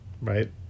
Right